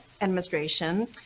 administration